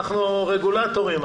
אנחנו רגולטורים.